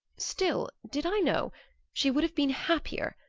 still did i know she would have been happier,